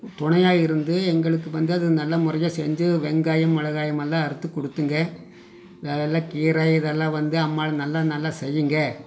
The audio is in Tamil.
துணையாக இருந்து எங்களுக்கு வந்து அது நல்ல முறையில் செஞ்சு வெங்காயம் மிளகாயம் எல்லாம் அறுத்து கொடுத்துங்க வேறு எல்லாம் கீரை இதெல்லாம் வந்து அம்மா நல்லா நல்லா செய்யுங்க